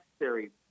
necessary